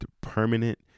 permanent